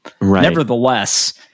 Nevertheless